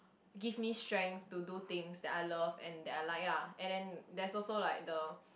give me strength to do things that I love and that I like lah and then there's also like the